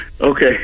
Okay